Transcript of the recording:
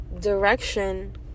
direction